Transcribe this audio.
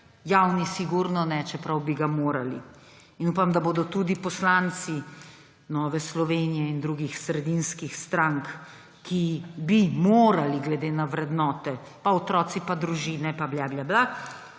javni sigurno ne, čeprav bi ga morali. Upam, da bodo tudi poslanci Nove Slovenije in drugih sredinskih strank, ki bi morali glede na vrednote – pa otroci, pa družine, pa blablabla